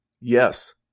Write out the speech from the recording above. Yes